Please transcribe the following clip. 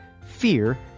fear